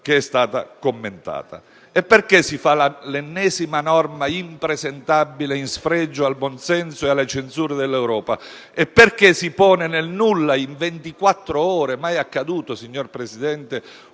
Perché si fa l'ennesima norma impresentabile in sfregio al buon senso e alle censure dell'Europa? Perché si pone nel nulla in 24 ore - fatto mai accaduto, signor Presidente